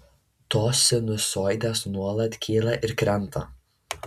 tos sinusoidės nuolat kyla ir krenta